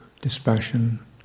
dispassion